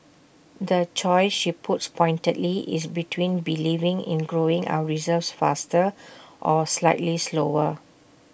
the choice she puts pointedly is between believing in growing our reserves faster or slightly slower